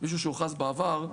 מישהו שהוכרז בעבר,